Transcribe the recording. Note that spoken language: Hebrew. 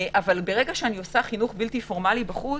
אבל ברגע שאני עושה חינוך בלתי פורמלי בחוץ